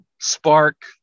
spark